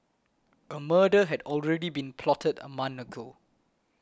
a murder had already been plotted a month ago